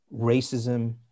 racism